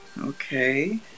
okay